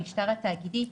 המשטר התאגידי,